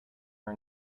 our